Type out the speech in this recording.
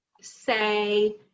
say